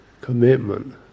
commitment